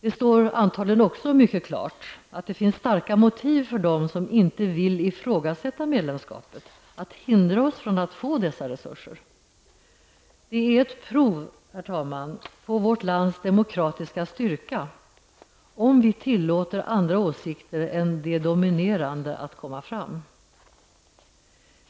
Det står antagligen också klart att det finns starka motiv för dem som inte vill ifrågasätta medlemskapet att hindra oss från att få dessa resurser. Det är ett prov, herr talman, på vårt lands demokratiska styrka att vi tillåter andra åsikter än de dominerande att komma fram.